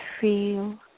feel